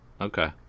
okay